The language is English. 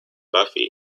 buffy